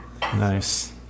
nice